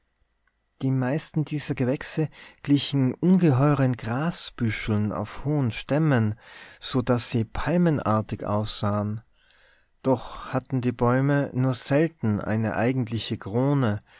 die meisten dieser gewächse glichen ungeheuren grasbüscheln auf hohen stämmen so daß sie palmenartig aussahen doch hatten die bäume nur selten eine eigentliche krone